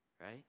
Right